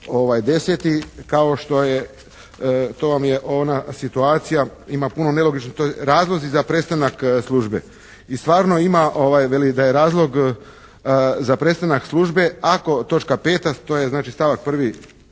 10. kao što je, to vam ona situacija, ima puno nelogičnosti, razlozi za prestanak službe. I stvarno ima, veli da je razlog za prestanak službe ako točka 5., to je stavak 1.